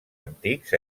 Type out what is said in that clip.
antics